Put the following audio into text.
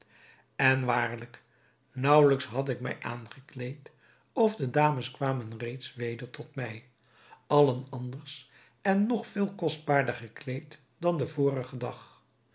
en waarlijk naauwelijks had ik mij aangekleed of de dames kwamen reeds weder tot mij allen anders en nog veel kostbaarder gekleed dan den vorigen dag